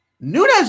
Nunez